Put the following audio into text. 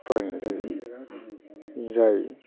फरायनाय जायो जाय